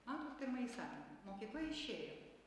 matot pirmąjį sakinį mokykla išėjo